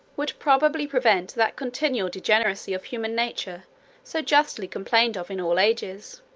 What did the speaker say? would probably prevent that continual degeneracy of human nature so justly complained of in all ages.